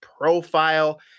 profile